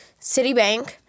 Citibank